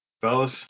Fellas